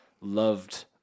loved